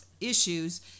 issues